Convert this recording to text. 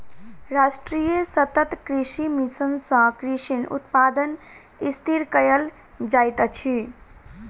राष्ट्रीय सतत कृषि मिशन सँ कृषि उत्पादन स्थिर कयल जाइत अछि